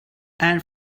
and